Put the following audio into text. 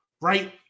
right